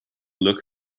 look